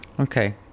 Okay